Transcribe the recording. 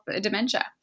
dementia